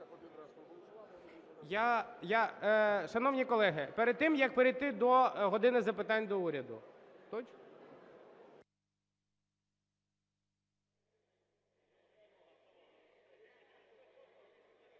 Шановні колеги, перед тим, як перейти до "години запитань до Уряду"…